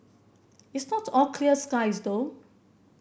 it's not all clear skies though